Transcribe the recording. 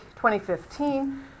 2015